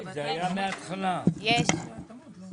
השנייה חוק התקציב לשנת הכספים 2024. אנחנו מגישים אותן יחד בגלל העיתוי,